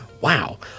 Wow